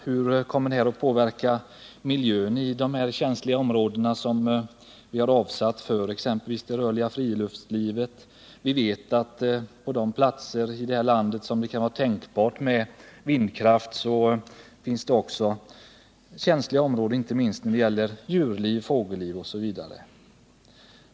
Hur kommer sådana anläggningar att påverka miljön i de känsliga områden som vi har avsatt för exempelvis det rörliga friluftslivet? Vi vet att i närheten av de platser där det kan vara tänkbart med vindkraftverk finns områden som är känsliga med tanke på djurliv och fågelliv m.m.